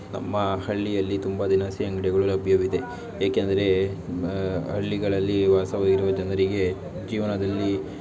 ನಮ್ಮ ಹಳ್ಳಿಯಲ್ಲಿ ತುಂಬ ದಿನಸಿ ಅಂಗಡಿಗಳು ಲಭ್ಯವಿದೆ ಏಕೆಂದರೆ ಹಳ್ಳಿಗಳಲ್ಲಿ ವಾಸವಿರೋ ಜನರಿಗೆ ಜೀವನದಲ್ಲಿ